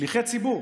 שליחי ציבור.